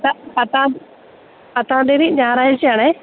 പത്താം പത്താം തീയതി ഞായറാഴ്ചയാണേ